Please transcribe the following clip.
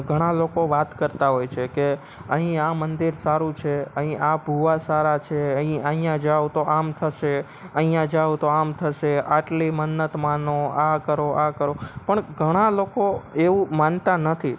ઘણા લોકો વાત કરતા હોય છે કે અહીં આ મંદિર સારું છે અહીં આ ભૂવા સારા છે અહીં અહિયાં જાઓ તો આમ થશે અહીંયા જાઓ તો આમ થશે આટલી મન્નત માનો આ કરો આ કરો પણ ઘણા લોકો એવું માનતા નથી